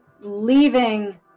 leaving